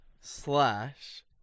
slash